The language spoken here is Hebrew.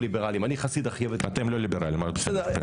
ליברלים --- אתם לא ליברלים אבל בסדר.